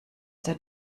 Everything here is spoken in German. der